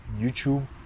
YouTube